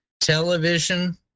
television